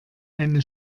eine